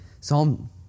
Psalm